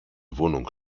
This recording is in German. wohnung